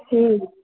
जी